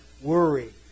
worry